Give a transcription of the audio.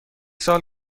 سال